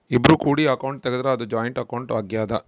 ಇಬ್ರು ಕೂಡಿ ಅಕೌಂಟ್ ತೆಗುದ್ರ ಅದು ಜಾಯಿಂಟ್ ಅಕೌಂಟ್ ಆಗ್ಯಾದ